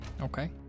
Okay